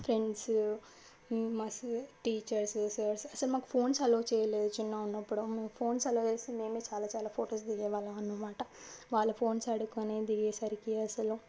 friends మా teachers sirs అసలు మాకు ఫోన్స్ ఎలో చేయినపుడు ఫోన్స్ ఎలో చేస్తే మేమే చాలా చాలా ఫొటోస్ దిగే వాళ్ళం అన్నమాట వాళ్ల ఫోన్స్ అడుక్కొని దిగేసరికి అసలు